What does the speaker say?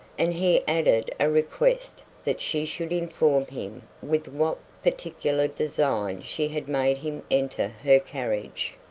and he added a request that she should inform him with what particular design she had made him enter her carriage.